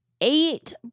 eight